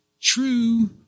true